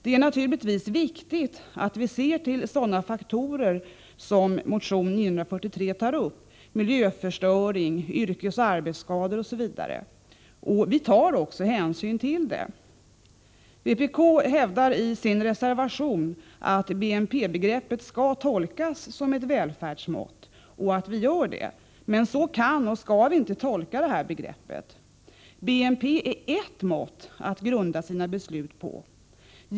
Det är naturligtvis viktigt att vi ser till sådana faktorer som motion 943 tar upp — miljöförstöring, yrkesoch arbetsskador, osv. Vi tar också hänsyn till dem. Vpk hävdar i sin reservation att BNP-begreppet skall tolkas som ett välfärdsmått och att vi gör det. Men så kan och skall vi inte tolka det begreppet. BNP är ett mått att grunda sina beslut på.